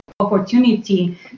opportunity